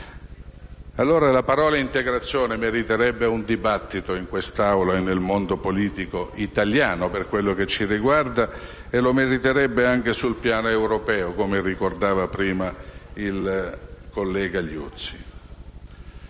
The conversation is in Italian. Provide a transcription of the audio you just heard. La parola «integrazione» meriterebbe un dibattito in quest'Aula e nel mondo politico italiano, per quello che ci riguarda, e lo meriterebbe anche sul piano europeo, come ricordava prima il collega Liuzzi.